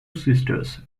sisters